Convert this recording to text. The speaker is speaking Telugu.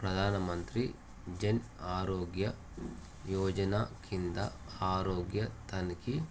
ప్రధాన మంత్రి జన్ ఆరోగ్య యోజన క్రింద ఆరోగ్య తనిఖీ